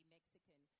Mexican